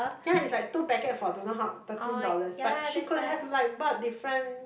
so it's like two packet for don't know how thirteen dollars but she could have like bought different